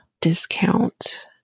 discount